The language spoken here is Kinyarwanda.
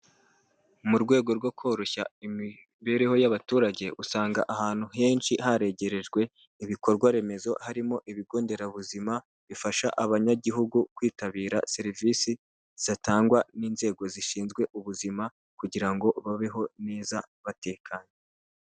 Mu rwego rwo koroshya imibereho y'abaturage, usanga ahantu henshi haregerejwe ibikorwa remezo harimo ibigo nderabuzima, bifasha abanyagihugu kwitabira serivisi zatangwa n'inzego zishinzwe ubuzima, kugira ngo babeho neza batekanye.